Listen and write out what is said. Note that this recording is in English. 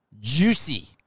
juicy